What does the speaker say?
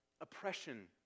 oppression